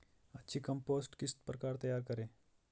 अच्छी कम्पोस्ट किस प्रकार तैयार करें?